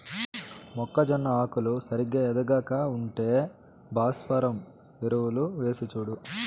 మొక్కజొన్న ఆకులు సరిగా ఎదగక ఉంటే భాస్వరం ఎరువులు వేసిచూడు